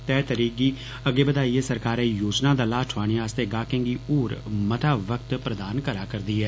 तय तरीके गी अग्गै बद्दाइयै सरकारै योजना दा लाह ठोआने आस्तै ग्राहकें गी होर मता वक्त प्रदान करा करदी ऐ